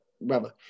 Brother